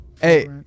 hey